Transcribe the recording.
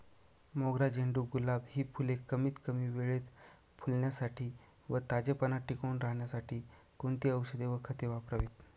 मोगरा, झेंडू, गुलाब हि फूले कमीत कमी वेळेत फुलण्यासाठी व ताजेपणा टिकून राहण्यासाठी कोणती औषधे व खते वापरावीत?